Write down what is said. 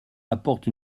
apporte